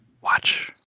watch